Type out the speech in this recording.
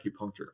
acupuncture